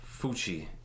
Fucci